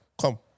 Come